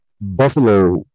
Buffalo